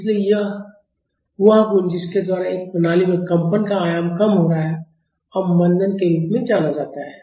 इसलिए वह गुण जिसके द्वारा एक प्रणाली में कंपन का आयाम में कम हो रहा है अवमंदन के रूप में जाना जाता है